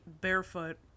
barefoot